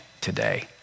today